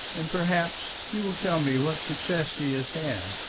and perhaps you will tell me what success he has had.